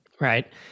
Right